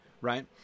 right